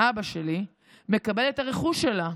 אבא שלי, מקבל את הרכוש שלה?